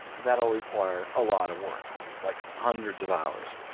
that'll require a lot of work, like hundreds of hours.